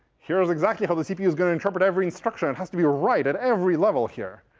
here's exactly how the cpu is going to interpret every instruction. it has to be right at every level here.